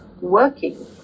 working